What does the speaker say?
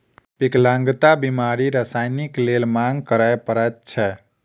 विकलांगता बीमा राशिक लेल मांग करय पड़ैत छै